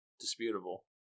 Disputable